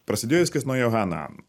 prasidėjo viskas nuo johanan